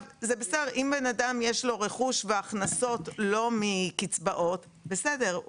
אם לבן אדם יש רכוש והכנסות שלא מקצבאות בסדר,